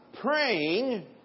praying